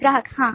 ग्राहक हाँ